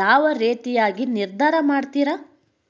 ಯಾವ ರೇತಿಯಾಗಿ ನಿರ್ಧಾರ ಮಾಡ್ತಿರಾ?